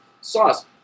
sauce